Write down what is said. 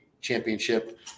championship